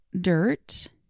dirt